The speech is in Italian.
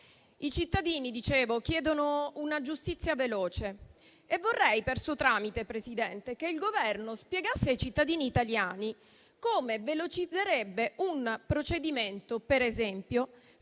I cittadini chiedono una giustizia veloce e per suo tramite, signora Presidente, vorrei che il Governo spiegasse ai cittadini italiani come velocizzerebbe un procedimento, per esempio,